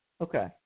Okay